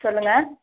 சொல்லுங்கள்